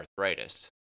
arthritis